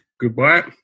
goodbye